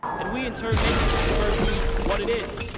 and we, in turn, make this university what it is.